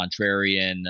contrarian